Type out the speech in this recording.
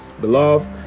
beloved